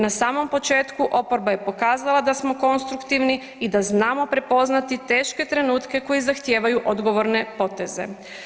Na samom početku oporba je pokazala da smo konstruktivni i da znamo prepoznati teške trenutke koji zahtijevaju odgovorne poteze.